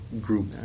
group